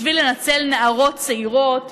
בשביל לנצל נערות צעירות.